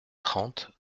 trente